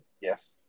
Yes